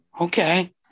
okay